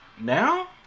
now